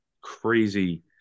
crazy